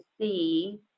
see